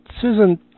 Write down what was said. Susan